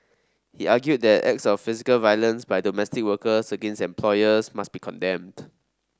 he argued that acts of physical violence by domestic workers against employers must be condemned